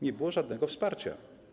Nie było żadnego wsparcia.